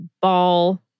ball